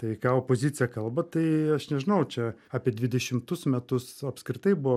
tai ką opozicija kalba tai aš nežinau čia apie dvidešimtus metus apskritai buvo